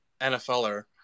nfler